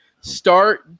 start